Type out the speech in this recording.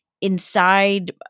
inside